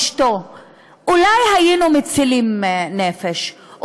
אולי היינו מצילים נפש,